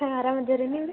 ಹಾಂ ಆರಾಮಿದ್ದೀವಿ ರೀ ನೀವು ರೀ